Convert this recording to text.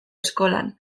eskolan